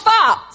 Fox